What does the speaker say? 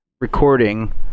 recording